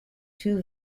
two